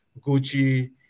Gucci